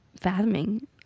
fathoming